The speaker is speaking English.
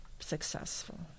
successful